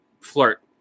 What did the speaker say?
flirt